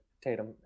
Tatum